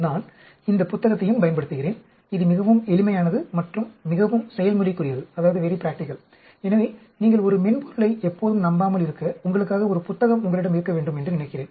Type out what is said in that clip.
நான் இந்த புத்தகத்தையும் பயன்படுத்துகிறேன் இது மிகவும் எளிமையானது மற்றும் மிகவும் செயல்முறைக்குரியது எனவே நீங்கள் ஒரு மென்பொருளை எப்போதும் நம்பாமல் இருக்க உங்களுக்காக ஒரு புத்தகம் உங்களிடம் இருக்க வேண்டும் என்று நினைக்கிறேன்